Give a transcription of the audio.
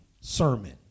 sermon